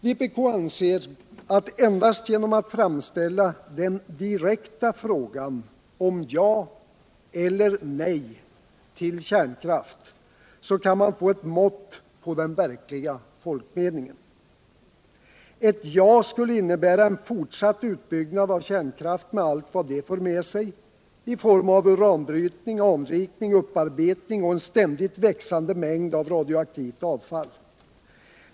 Vpk anser att endast genom att framställa den direkta frågan om ja eller nej vill kärnkraft kan man få eu mått på den verkliga folk meningen. Ett ja skulle innebära en fortsatt utbyggnad av kärnkraft med allt vad det för med sig i form av uranbrytning. anrikning, upparbetning och en ständigt växande mingd av radioaktivt avfall.